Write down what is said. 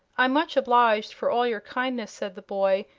i'm much obliged for all your kindness, said the boy,